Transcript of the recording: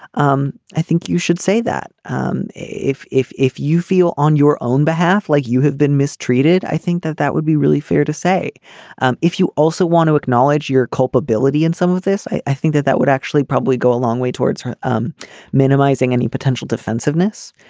um i think you should say that um if if you feel on your own behalf like you have been mistreated. i think that that would be really fair to say um if you also want to acknowledge your culpability in some of this. i i think that that would actually probably go a long way towards um minimizing any potential defensiveness.